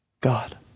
God